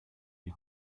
die